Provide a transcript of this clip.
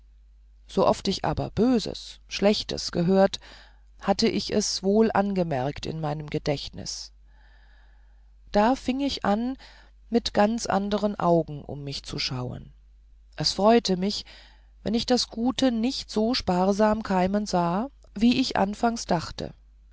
sooft ich aber böses schlechtes hörte hatte ich es wohl angemerkt in meinem gedächtnis da fing ich an mit ganz anderen augen um mich zu schauen es freute mich wenn ich das gute nicht so sparsam keimen sah wie ich anfangs dachte